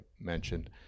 mentioned